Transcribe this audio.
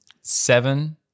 Seven